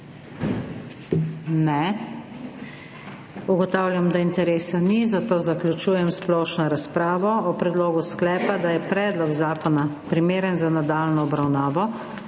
Ugotavljam, da interesa ni, zato zaključujem splošno razpravo. O predlogu sklepa, da je predlog zakona primeren za nadaljnjo obravnavo,